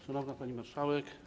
Szanowna Pani Marszałek!